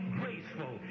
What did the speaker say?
graceful